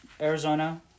Arizona